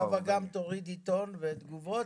חוה, גם תורידי טון ותגובות.